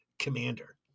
commander